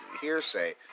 hearsay